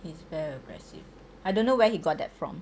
he's very aggressive I don't know where he got that from